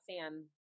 Sam